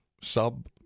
Sub